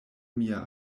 mia